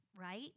right